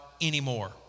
anymore